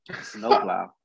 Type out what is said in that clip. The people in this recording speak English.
Snowplow